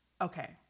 Okay